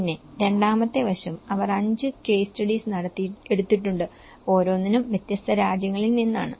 പിന്നെ രണ്ടാമത്തെ വശം അവർ 5 കേസ് സ്റ്റഡീസ് എടുത്തിട്ടുണ്ട് ഓരോന്നിനും വ്യത്യസ്ത രാജ്യങ്ങളിൽ നിന്നാണ്